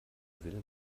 will